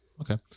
Okay